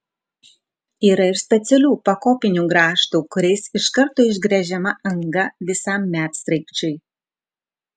yra ir specialių pakopinių grąžtų kuriais iš karto išgręžiama anga visam medsraigčiui